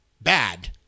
bad